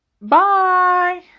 Bye